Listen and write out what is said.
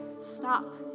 stop